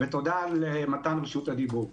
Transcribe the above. תודה על מתן רשות דיבור.